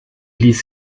ließ